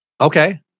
Okay